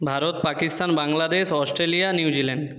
Bharat Pakistan Bangladesh Australia New Zealand